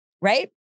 right